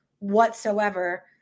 whatsoever